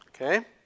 Okay